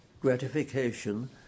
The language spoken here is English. gratification